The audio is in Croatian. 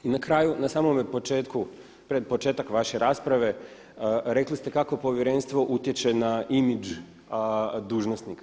I na kraju, na samome početku pred početak vaše rasprave rekli ste kako povjerenstvo utječe na imidž dužnosnika.